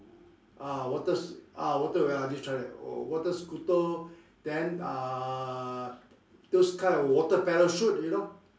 ah water s~ ah water wait I'm just trying to oh water scooter then uh those kind of water parachute you know